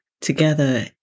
together